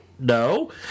no